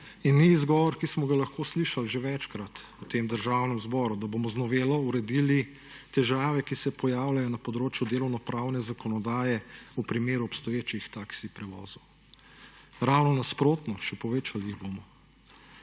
In ni izgovor, ki smo ga lahko slišali že večkrat v tem Državnem zboru, da bomo z novelo uredili težave, ki se pojavljajo na področju delovno pravne zakonodaje v primeru obstoječih taksi prevozov. Ravno nasprotno, še povečali jih bomo.